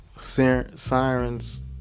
sirens